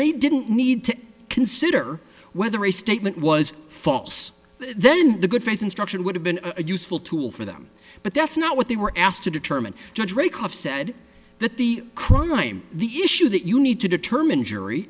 they didn't need to consider whether a statement was false then good faith instruction would have been a useful tool for them but that's not what they were asked to determine judge rake of said that the crime the issue that you need to determine jury